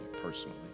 personally